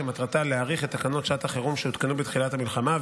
שמטרתה להאריך תקנות שעת חירום שהותקנו בתחילת המלחמה,